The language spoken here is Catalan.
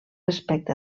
respecte